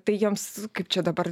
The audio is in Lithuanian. tai joms kaip čia dabar